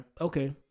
Okay